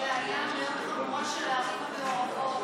מהבעיה המאוד-חמורה של הערים המעורבות,